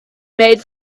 made